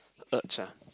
urge ah